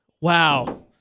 wow